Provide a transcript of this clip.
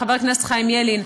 חבר הכנסת חיים ילין,